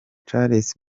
charles